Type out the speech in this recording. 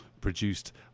produced